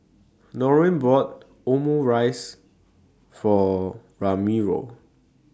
Norine bought Omurice For Ramiro